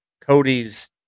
cody's